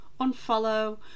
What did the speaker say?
unfollow